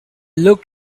looked